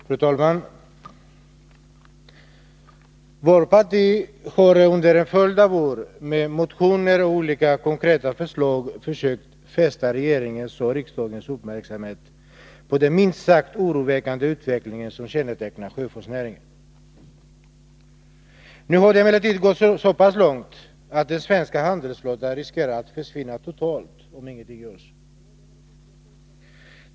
Fru talman! Vårt parti har under en följd av år med motioner och olika Torsdagen den konkreta förslag försökt fästa regeringens och riksdagens uppmärksamhet på — 24 mars 1983 den minst sagt oroväckande utveckling som kännetecknar sjöfartsnäringen. Nu har det emellertid gått så pass långt att den svenska handelsflottan riskerar att totalt försvinna, om ingenting görs.